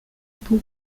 poe